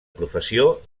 professió